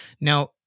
Now